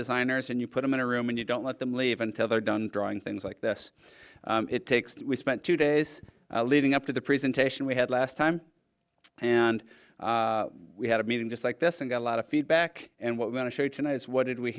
designers and you put them in a room and you don't let them leave until they're done drawing things like this it takes we spent two days leading up to the presentation we had last time and we had a meeting just like this and got a lot of feedback and what we want to show you tonight is what did we